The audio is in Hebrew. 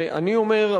ואני אומר,